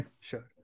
Sure